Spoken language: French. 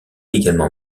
également